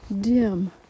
dim